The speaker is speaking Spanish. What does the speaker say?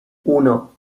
uno